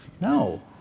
No